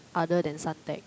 other than Suntec